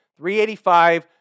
385